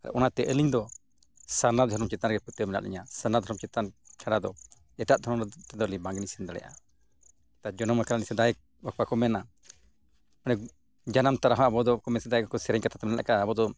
ᱚᱱᱟᱛᱮ ᱟᱹᱞᱤᱧ ᱫᱚ ᱥᱟᱨᱱᱟ ᱫᱷᱚᱨᱚᱢ ᱪᱮᱛᱟᱱ ᱨᱮᱜᱮ ᱯᱟᱹᱛᱭᱟᱹᱣ ᱢᱮᱱᱟᱜ ᱞᱤᱧᱟᱹ ᱥᱟᱨᱱᱟ ᱫᱷᱚᱨᱚᱢ ᱪᱮᱛᱟᱱ ᱪᱷᱟᱲᱟ ᱫᱚ ᱮᱴᱟᱜ ᱫᱷᱚᱨᱚᱢ ᱨᱮᱫᱚ ᱛᱮᱫᱚ ᱟᱹᱞᱤᱧ ᱵᱟᱝᱞᱤᱧ ᱥᱮᱱ ᱫᱟᱲᱮᱭᱟᱜᱼᱟ ᱡᱚᱱᱚᱢ ᱠᱟᱱᱟᱞᱤᱧ ᱥᱮᱫᱟᱭ ᱵᱟᱠᱚ ᱢᱮᱱᱟ ᱢᱟᱱᱮ ᱡᱟᱱᱟᱢ ᱛᱚᱨᱟ ᱦᱚᱸ ᱟᱵᱚ ᱫᱚ ᱥᱮᱫᱟᱭ ᱠᱚᱠᱚ ᱥᱮᱨᱮᱧ ᱠᱟᱛᱷᱟ ᱛᱮ ᱢᱮᱱ ᱟᱠᱟᱫᱼᱟ ᱟᱵᱚ ᱫᱚ